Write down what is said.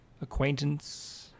acquaintance